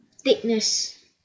thickness